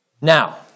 Now